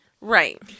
right